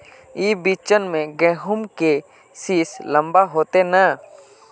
ई बिचन में गहुम के सीस लम्बा होते नय?